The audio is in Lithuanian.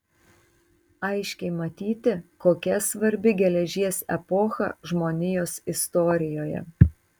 aiškiai matyti kokia svarbi geležies epocha žmonijos istorijoje